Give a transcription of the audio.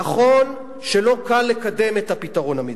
נכון שלא קל לקדם את הפתרון המדיני.